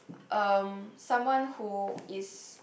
um someone who is